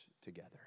together